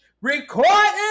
recording